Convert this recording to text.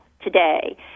today